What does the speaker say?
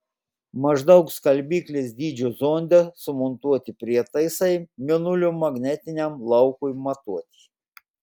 maždaug skalbyklės dydžio zonde sumontuoti prietaisai mėnulio magnetiniam laukui matuoti